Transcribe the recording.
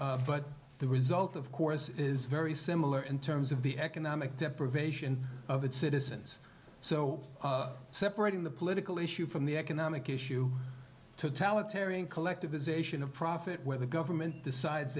but the result of course is very similar in terms of the economic deprivation of its citizens so separating the political issue from the economic issue taluk tearing collectivization of profit where the government decides